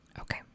Okay